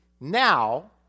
Now